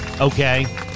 Okay